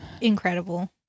incredible